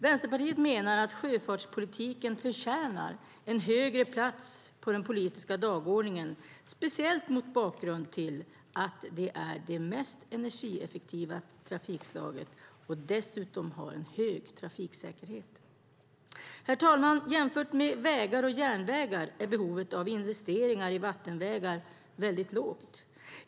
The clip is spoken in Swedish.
Vänsterpartiet menar att sjöfartspolitiken förtjänar en högre plats på den politiska dagordningen, speciellt mot bakgrund av att det är det mest energieffektiva trafikslaget och dessutom har en hög trafiksäkerhet. Herr talman! Jämfört med vägar och järnvägar är behovet av investeringar i vattenvägar väldigt lågt.